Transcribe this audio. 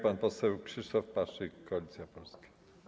Pan poseł Krzysztof Paszyk, Koalicja Polska.